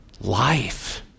life